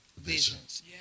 Visions